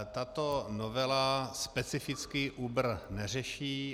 Tato novela specificky Uber neřeší.